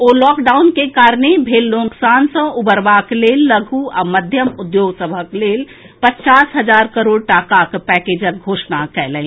ओ lockdown के कारणे भेल नोकसान सँ उबरबाक लेल लघु आ मध्यम उद्योग सभक लेल पचास हजार करोड़ टाकाक पैकेजक घोषणा कएलनि